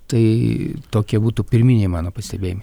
tai tokie būtų pirminiai mano pastebėjimai